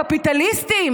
הקפיטליסטים,